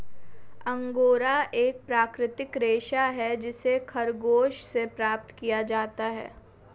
angora एक प्राकृतिक रेशा है जिसे खरगोश से प्राप्त किया जाता है